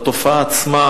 בתופעה עצמה